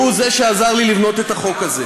והוא שעזר לי לבנות את החוק הזה.